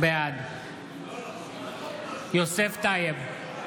בעד יוסף טייב,